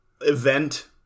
event